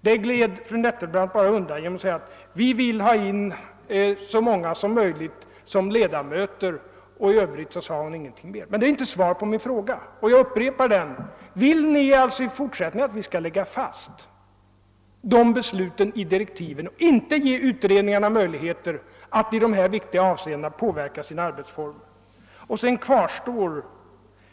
Det gled fru Nettelbrandt bara undan genom att säga: Vi vill ha in så många som möjligt som ledamöter i en utredning. Något mer sade hon inte. Men det är inte något svar på min fråga, och jag upprepar den: Önskar ni alltså i fortsättningen att vi skall lägga fast dessa beslut i direktiven och inte ge utredningarna möjligheter att i dessa viktiga avseenden påverka sina arbetsformer? Sedan kvarstår